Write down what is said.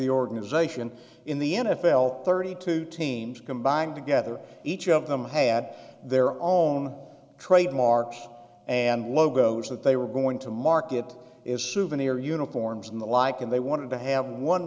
the organization in the n f l thirty two teams combined together each of them had their own trademark and logos that they were going to market is souvenir uniforms and the like and they wanted to have one